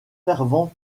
fervent